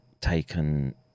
taken